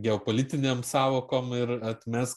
geopolitinėm sąvokom ir atmes